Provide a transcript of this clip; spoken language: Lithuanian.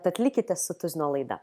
tad likite su tuzino laida